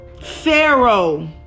Pharaoh